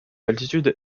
altitude